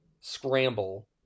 Scramble